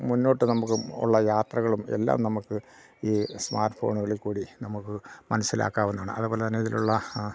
മുന്നോട്ട് നമുക്ക് ഉള്ള യാത്രകളും എല്ലാം നമുക്ക് ഈ സ്മാർട്ട് ഫോണുകളിൽ കൂടി നമുക്ക് മനസ്സിലാക്കാവുന്നതാണ് അതുപോലെ തന്നെ ഇതിലുള്ള